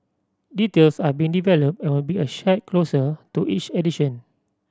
details are being developed and will be a shared closer to each edition